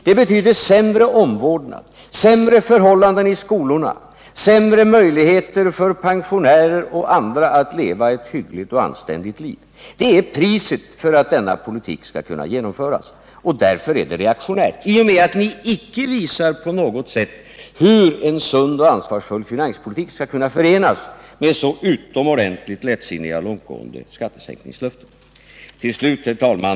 Det betyder sämre omvårdnad, sämre förhållanden i skolorna, sämre möjligheter för pensionärer och andra att leva ett liv med en hygglig standard. Det är priset för att denna politik skall kunna genomföras, och därför är det reaktionärt i och med att ni icke på något sätt kan visa hur en sund och ansvarsfull finanspolitik skall kunna förenas med så utomordentligt lättsinniga och långtgående skattesänkningslöften. Nr 54 Till slut, herr talman!